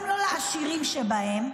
גם לא לעשירים שבהם,